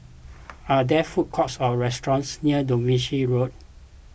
are there food courts or restaurants near Devonshire Road